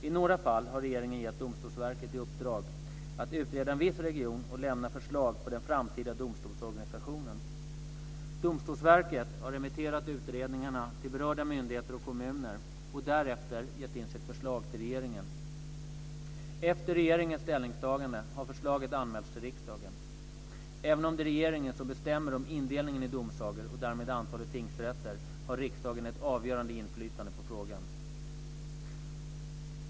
I några fall har regeringen gett Domstolsverket i uppdrag att utreda en viss region och lämna förslag på den framtida domstolsorganisationen. Domstolsverket har remitterat utredningarna till berörda myndigheter och kommuner och därefter gett in sitt förslag till regeringen. Efter regeringens ställningstagande har förslaget anmälts till riksdagen. Även om det är regeringen som bestämmer om indelningen i domsagor och därmed antalet tingsrätter har riksdagen ett avgörande inflytande på frågan.